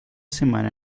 semana